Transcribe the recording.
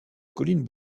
collines